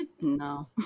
No